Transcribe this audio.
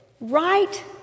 right